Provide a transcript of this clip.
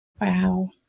Wow